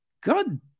God